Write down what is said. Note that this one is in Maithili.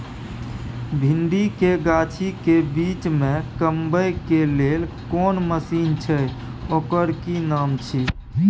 भिंडी के गाछी के बीच में कमबै के लेल कोन मसीन छै ओकर कि नाम छी?